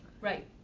Right